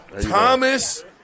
Thomas